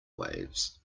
waves